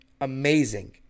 amazing